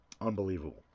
Unbelievable